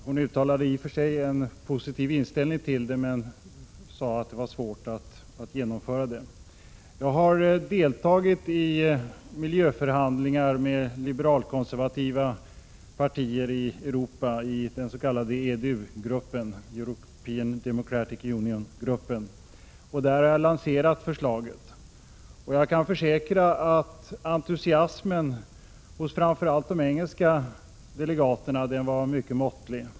Hon uttalade i och för sig en positiv inställning till det, men sade att det var svårt att genomföra. Jag har deltagit i miljöförhandlingar med liberalkonservativa partier i Europa i den s.k. EDU-gruppen och där lanserat förslaget. Jag kan försäkra att entusiasmen hos framför allt de engelska delegaterna var måttlig.